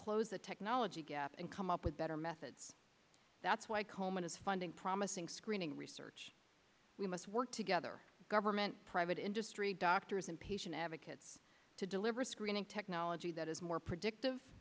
close the technology gap and come up with better methods that's why komen is funding promising screening research we must work together government private industry doctors and patient advocates to deliver screening technology that is more predictive